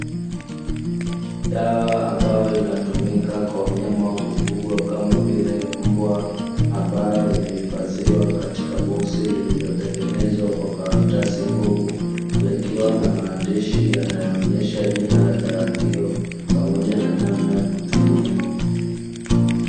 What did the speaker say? Dawa ambayo inatumika kwa wanyama wa kufugwa kama vile, mbwa ambayo imeifadhiwa katika boksi lililotengenezwa kwa karatasi ngumu, likiwa na maandishi yanayoonyesha jina la dawa hiyo, pamoja na namna ya kutumia .